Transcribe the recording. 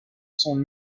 son